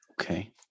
Okay